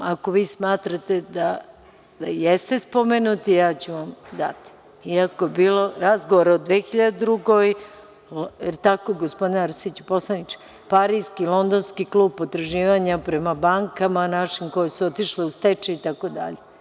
Ako vi smatrate da jeste spomenuti, ja ću vam dati reč, iako je bilo razgovora o 2002. godini, Pariski, Londonski klub, potraživanja prema bankama našim koje su otišle u stečaj itd.